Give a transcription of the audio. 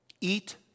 Eat